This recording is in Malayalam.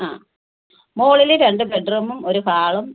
ആ മുകളില് രണ്ട് ബെഡ്റൂമും ഒരു ഹാളും